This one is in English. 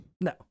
No